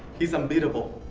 he's unbeatable.